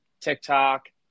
TikTok